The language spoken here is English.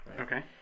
Okay